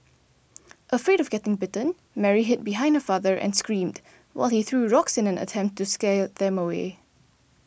afraid of getting bitten Mary hid behind her father and screamed while he threw rocks in an attempt to scare them away